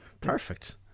perfect